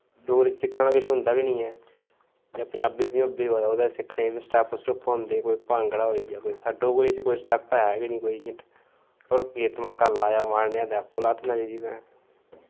डोगरी च सिक्खने आह्ला किश होंदा गै नेईं ऐ जां पंजाबी पंजूबी होऐ तां ओह्दे सिक्खने बी स्टैप्प स्टुप्प होंदे कोई भांगड़ा होई गेआ कोई डोगरी च कोई स्टैप्प है गै नेईं ढोल्किये धमाका लाया माड़ा नेहा ते आपूं लत्त नचदी पै